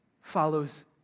follows